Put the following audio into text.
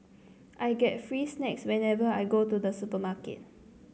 I get free snacks whenever I go to the supermarket